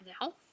now